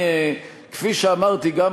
כפי שאמרתי, גם